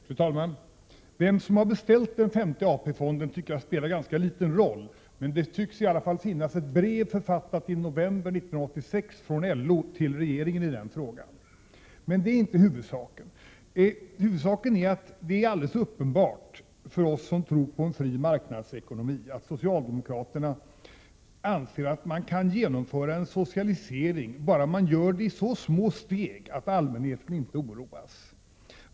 Fru talman! Vem som har beställt den femte AP-fonden tycker jag spelar ganska liten roll. Det tycks i varje fall finnas ett brev författat i november 1986 från LO till regeringen i denna fråga. Men det är inte huvudsaken. Huvudsaken är att det är alldeles uppenbart för oss som tror på en fri marknadsekonomi att socialdemokraterna anser att man kan genomföra en socialisering bara man gör det i så små steg att allmänheten inte oroas.